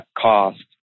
cost